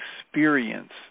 experience